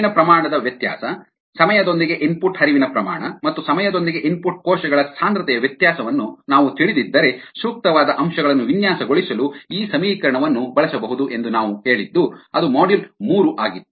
ಹರಿವಿನ ಪ್ರಮಾಣದ ವ್ಯತ್ಯಾಸ ಸಮಯದೊಂದಿಗೆ ಇನ್ಪುಟ್ ಹರಿವಿನ ಪ್ರಮಾಣ ಮತ್ತು ಸಮಯದೊಂದಿಗೆ ಇನ್ಪುಟ್ ಕೋಶಗಳ ಸಾಂದ್ರತೆಯ ವ್ಯತ್ಯಾಸವನ್ನು ನಾವು ತಿಳಿದಿದ್ದರೆ ಸೂಕ್ತವಾದ ಅಂಶಗಳನ್ನು ವಿನ್ಯಾಸಗೊಳಿಸಲು ನಾವು ಈ ಸಮೀಕರಣವನ್ನು ಬಳಸಬಹುದು ಎಂದು ನಾವು ಹೇಳಿದ್ದು ಅದು ಮಾಡ್ಯೂಲ್ ಮೂರು ಆಗಿತ್ತು